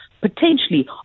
potentially